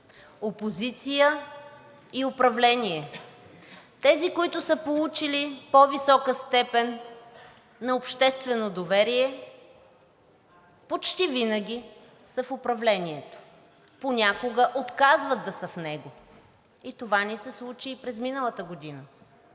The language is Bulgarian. опозиция и управление. Тези, които са получили по-висока степен на обществено доверие, почти винаги са в управлението. Понякога отказват да са в него – и това ни се случи и през миналата година.